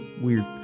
Weird